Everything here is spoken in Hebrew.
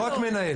לא רק מנהל,